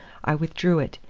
i withdrew it,